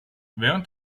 während